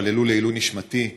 התפללו לעילוי נשמתי.